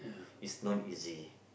it's non easy